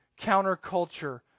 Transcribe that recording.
counterculture